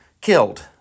killed